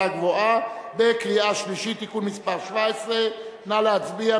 גבוהה בקריאה שלישית (תיקון מס' 17). נא להצביע,